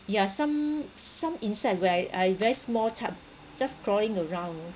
yeah some some insect where I very small type just crawling around you know